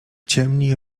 ciemni